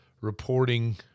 reporting